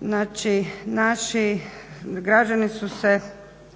Znači, naši građani su se